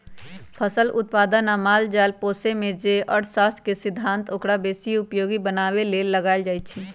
फसल उत्पादन आ माल जाल पोशेमे जे अर्थशास्त्र के सिद्धांत ओकरा बेशी उपयोगी बनाबे लेल लगाएल जाइ छइ